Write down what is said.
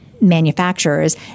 manufacturers